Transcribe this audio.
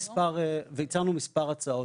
והצענו מספר הצעות.